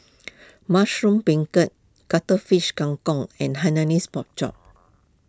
Mushroom Beancurd Cuttlefish Kang Kong and Hainanese Pork Chop